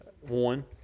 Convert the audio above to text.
One